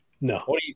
No